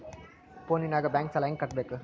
ಫೋನಿನಾಗ ಬ್ಯಾಂಕ್ ಸಾಲ ಹೆಂಗ ಕಟ್ಟಬೇಕು?